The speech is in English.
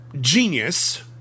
genius